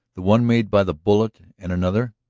the one made by the bullet and another.